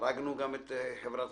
הרגנו גם את חברת